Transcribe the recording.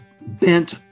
bent